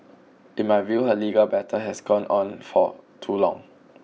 in my view her legal battle has gone on for too long